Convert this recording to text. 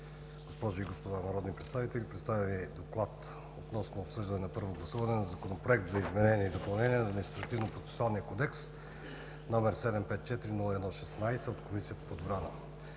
госпожи и господа народни представители, представям Ви: „ДОКЛАД относно обсъждане за първо гласуване на Законопроект за изменение и допълнение на Административнопроцесуалния кодекс, № 754-01-16 На редовно заседание,